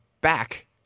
back